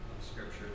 scripture